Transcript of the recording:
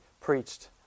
preached